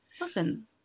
listen